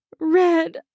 red